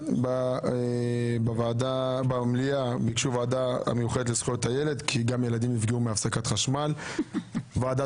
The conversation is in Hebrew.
בהצעה לסדר היום בנושא: "הפסקות חשמל בערב